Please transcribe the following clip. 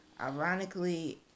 ironically